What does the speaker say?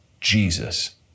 Jesus